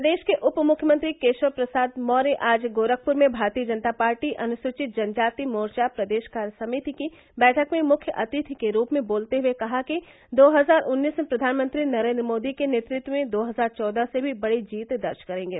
प्रदेश के उप मुख्यमंत्री केशव प्रसाद मौर्य आज गोरखपुर में भारतीय जनता पार्टी अनुसूचित जनजाति मोर्चा प्रदेश कार्यसमिति की बैठक में मुख्य अतिथि के रूप में बोलते हुए कहा कि दो हजार उन्नीस में प्रघानमंत्री नरेंद्र मोदी के नेतृत्व में दो हजार चौदह से भी बड़ी जीत दर्ज करेंगे